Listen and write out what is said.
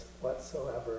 whatsoever